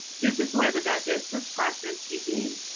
this is where the digestive processes begins.